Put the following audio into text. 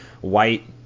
white